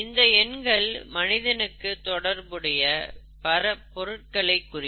இந்த எண்கள் மனிதர்களுக்கு தொடர்புடைய பல பொருட்களை குறிக்கும்